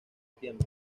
tiempo